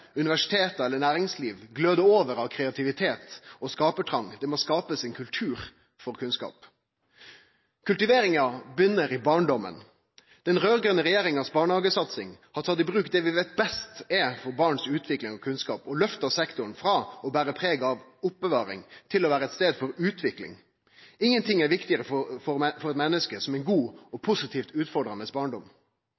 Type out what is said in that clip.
universitet eller næringsliv gløder over av kreativitet og skapartrong. Det må bli skapt ein kultur for kunnskap. Kultiveringa begynner i barndommen. Den raud-grøne regjeringa si barnehagesatsing har tatt i bruk det vi veit er best for barn si utvikling av kunnskap, og løfta sektoren frå å bere preg av oppbevaring til å vere ein stad for utvikling. Ingenting er viktigare for mennesket enn ein god og